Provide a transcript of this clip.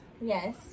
yes